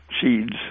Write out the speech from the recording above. seeds